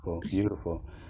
beautiful